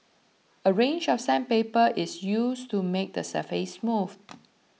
a range of sandpaper is used to make the surface smooth